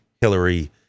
Hillary